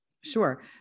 Sure